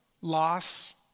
loss